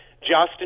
Justin